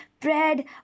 bread